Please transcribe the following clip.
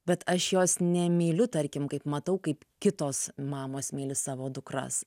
bet aš jos nemyliu tarkim kaip matau kaip kitos mamos myli savo dukras